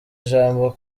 ijambo